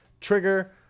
Trigger